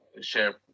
share